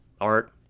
art